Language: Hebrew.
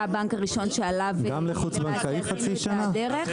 הבנק הראשון שעליו למעשה עשינו את הדרך.